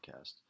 podcast